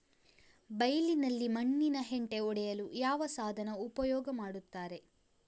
ಬೈಲಿನಲ್ಲಿ ಮಣ್ಣಿನ ಹೆಂಟೆ ಒಡೆಯಲು ಯಾವ ಸಾಧನ ಉಪಯೋಗ ಮಾಡುತ್ತಾರೆ?